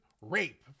rape